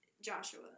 Joshua